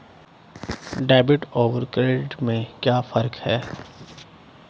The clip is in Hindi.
डेबिट और क्रेडिट में क्या फर्क है?